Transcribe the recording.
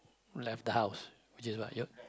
left the house which is what y~